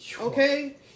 Okay